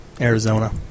Arizona